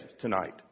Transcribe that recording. tonight